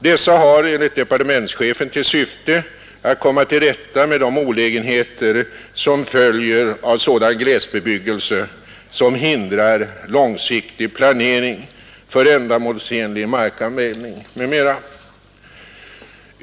Dessa har enligt departementschefen till syfte att komma till rätta med de olägenheter som följer av sådan glesbebyggelse som hindrar långsiktig planering för ändamålsenlig markanvändning m.m.